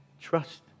trust